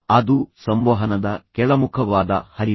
ಅದು ಸಂವಹನದ ಕೆಳಮುಖವಾದ ಹರಿವು